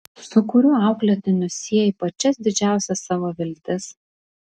su kuriuo auklėtiniu sieji pačias didžiausias savo viltis